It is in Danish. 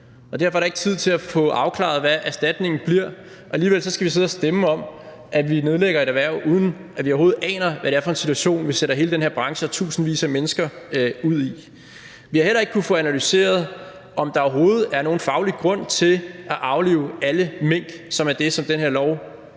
derfor er der ikke tid til at få afklaret, hvad erstatningen bliver. Alligevel skal vi sidde og stemme om, at vi nedlægger et erhverv – uden at vi overhovedet aner, hvad det er for en situation, vi sætter hele den her branche og tusindvis af mennesker i. Vi har heller ikke kunnet få analyseret, om der overhovedet er nogen faglig grund til at aflive alle mink, som er det, som den her lov jo